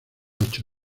ocho